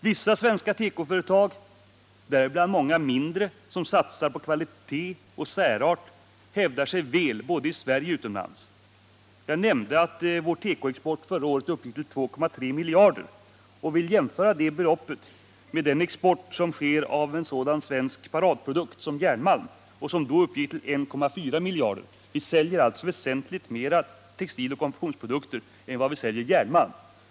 Vissa svenska tekoföretag — däribland många mindre som satsar på kvalitet och särart — hävdar sig väl både i Sverige och utomlands. Jag nämnde att vår tekoexport förra året uppgick till 2,3 miljarder, och jag vill jämföra det med exporten av en sådan svensk paradprodukt som järnmalm, som uppgick till 1,4 miljarder. Vi säljer alltså väsentligt mer textiloch konfektionsprodukter än järnmalm.